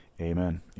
Amen